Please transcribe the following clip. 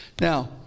Now